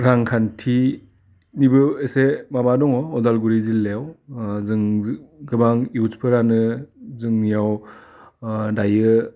रांखान्थिनिबो एसे माबा दङ अदालगुरि जिल्लायाव जोंनि जो गोबां इयुटसफोरानो जोंनियाव दायो